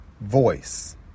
voice